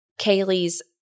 Kaylee's